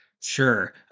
sure